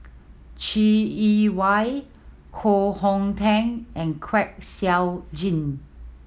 Chai Yee Wei Koh Hong Teng and Kwek Siew Jin